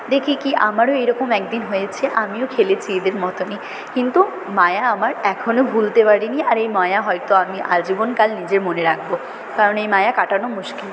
দেখি কি আমারও এরকম একদিন হয়েছে আমিও খেলেছি এদের মতনই কিন্তু মায়া আমার এখনও ভুলতে পারিনি আর এ মায়া হয়তো আমি আজীবন কাল নিজের মনে রাখবো কারণ এ মায়া কাটানো মুশকিল